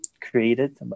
created